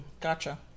Gotcha